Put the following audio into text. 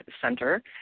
center